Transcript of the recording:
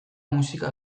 musika